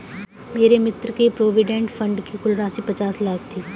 मेरे मित्र के प्रोविडेंट फण्ड की कुल राशि पचास लाख थी